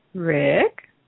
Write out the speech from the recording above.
Rick